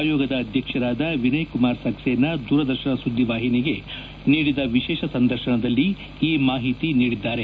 ಆಯೋಗದ ಅಧ್ಯಕ್ಷರಾದ ವಿನಯ್ ಕುಮಾರ್ ಸಕ್ಲೇನಾ ದೂರದರ್ಶನ ಸುದ್ದಿ ವಾಹಿನಿಗೆ ನೀಡಿದ ವಿಶೇಷ ಸಂದರ್ಶನದಲ್ಲಿ ಈ ಮಾಹಿತಿ ನೀಡಿದ್ದಾರೆ